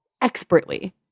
expertly